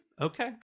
Okay